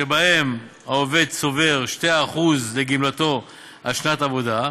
שבהן העובד צובר 2% לגמלתו על שנת עבודה,